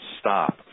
Stop